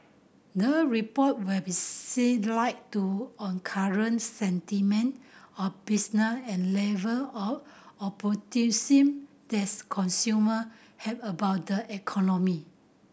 the report will shed light to on current sentiment of and level of optimism that's consumer have about the economy